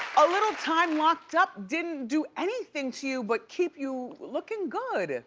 a little time locked up didn't do anything to you but keep you looking good.